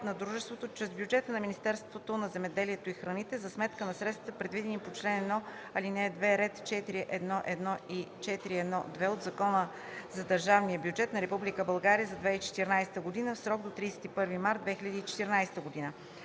на дружеството чрез бюджета на Министерството на земеделието и храните за сметка на средствата, предвидени в чл. 1, ал. 2, ред 4.1.1 и 4.1.2 от Закона за държавния бюджет на Република България за 2014 г. в срок до 31 март 2014 г.